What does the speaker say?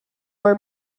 were